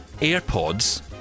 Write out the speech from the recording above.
AirPods